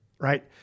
right